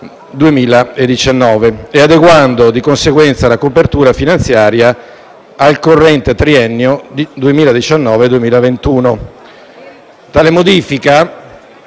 2019 e adeguando, di conseguenza, la copertura finanziaria al corrente triennio 2019-2021. Tale modifica